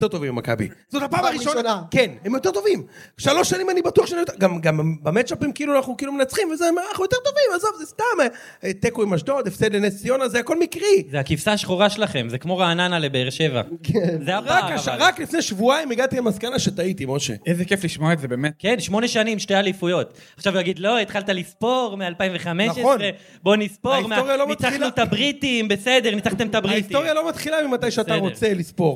הם יותר טובים עם הקאבי. זאת הפעם הראשונה. כן, הם יותר טובים. שלוש שנים אני בטוח שאני... גם במטשאפים, כאילו, אנחנו כאילו מנצחים, ואז הם אומרים, אנחנו יותר טובים, עזוב, זה סתם טקו עם אשדוד, הפסד לנס ציונה, זה היה כל מקרי. זו הכבשה השחורה שלכם, זה כמו רעננה לבאר שבע. כן. זה הפעם, אבל... רק לפני שבועיים הגעתי למסקנה שטעיתי, משה. איזה כיף לשמוע את זה, באמת. כן, שמונה שנים, שתי אליפויות. עכשיו הוא יגיד, לא, התחלת לספור מ-2015. נכון. בוא נספור, ניצחנו את הבריטים, בסדר, ניצחתם את הבריטים. ההיסטוריה לא מתחילה ממתי שאתה רוצה לספור.